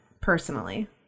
personally